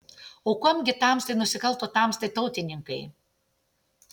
o kuom gi tamstai nusikalto tamstai tautininkai